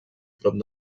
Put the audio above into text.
prop